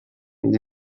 und